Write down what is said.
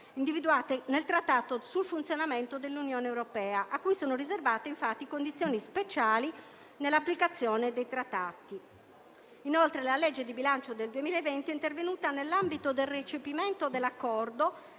individuate nel Trattato sul funzionamento dell'Unione europea, a cui sono riservate condizioni speciali nell'applicazione dei trattati. Inoltre la legge di bilancio del 2020 è intervenuta nell'ambito del recepimento dell'accordo